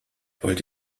wollt